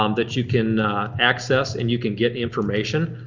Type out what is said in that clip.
um that you can access and you can get information.